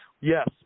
yes